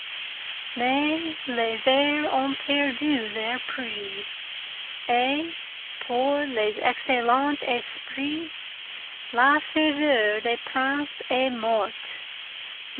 pour les excellents esprits la faveur des princes est morte